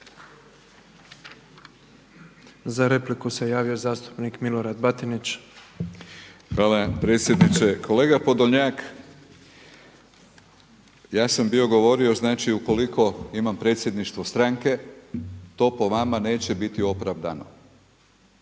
Za repliku se javio zastupnik Milorad Batinić. **Batinić, Milorad (HNS)** Hvala predsjedniče. Kolega Podolnjak, ja sam bio govorio, znači ukoliko imam predsjedništvo stranke to po vama neće biti opravdano